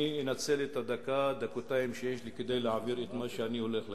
אני אנצל את הדקה-דקתיים שיש לי כדי להעביר את מה שאני רוצה להגיד.